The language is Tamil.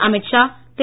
அமித்ஷா திரு